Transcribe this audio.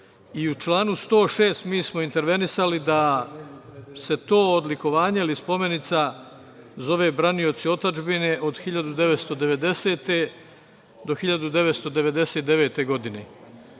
članu 106. mi smo intervenisali da se to odlikovanje ili spomenica zove „Branioci otadžbine od 1990. do 1999. godine“.